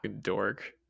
Dork